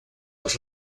els